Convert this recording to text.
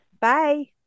Bye